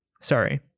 Sorry